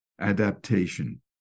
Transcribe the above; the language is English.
adaptation